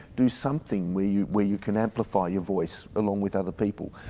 do something where you where you can amplify your voice along with other people.